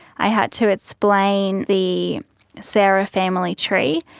i had to explain the sarah family tree.